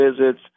visits